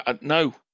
No